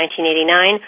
1989